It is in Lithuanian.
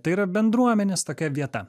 tai yra bendruomenės tokia vieta